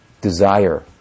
desire